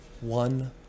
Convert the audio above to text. one